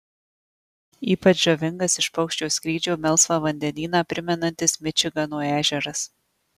ypač žavingas iš paukščio skrydžio melsvą vandenyną primenantis mičigano ežeras